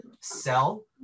sell